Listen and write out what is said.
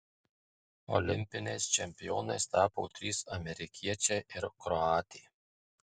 olimpiniais čempionais tapo trys amerikiečiai ir kroatė